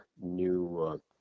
new